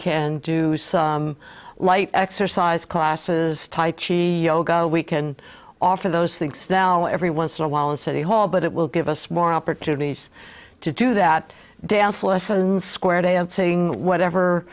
can do some light exercise classes we can offer those things now every once in awhile in city hall but it will give us more opportunities to do that dance lessons square dancing whatever